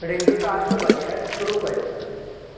ringcast वॼाइणु शुरू कयो